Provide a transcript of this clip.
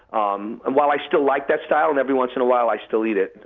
um and while i still like that style and every once in a while i still eat it,